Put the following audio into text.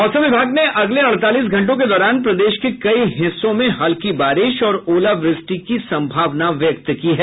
मौसम विभाग ने अगले अड़तालीस घंटों के दौरान प्रदेश के कई हिस्सों में में हल्की बारिश और ओलावृष्टि की सम्भावना व्यक्त की है